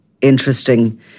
interesting